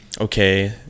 okay